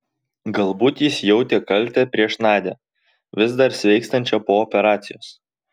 galbūt jis jautė kaltę prieš nadią vis dar sveikstančią po operacijos